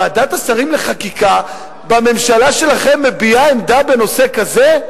ועדת השרים לחקיקה בממשלה שלכם מביעה עמדה בנושא כזה?